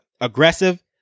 aggressive